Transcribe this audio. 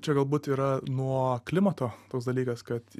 čia galbūt yra nuo klimato toks dalykas kad